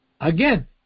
again